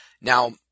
Now